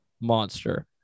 monster